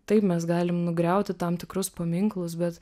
taip mes galim nugriauti tam tikrus paminklus bet